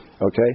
Okay